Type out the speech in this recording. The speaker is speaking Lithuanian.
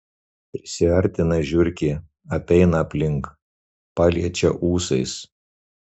prisiartina žiurkė apeina aplink paliečia ūsais